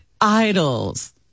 idols